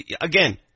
again